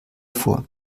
vor